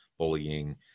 Bullying